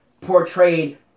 portrayed